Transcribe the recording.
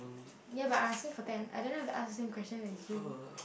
ya but I was still for them I don't know have to ask him question as you